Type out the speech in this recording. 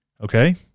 Okay